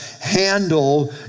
handle